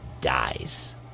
dies